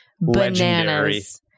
bananas